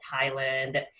Thailand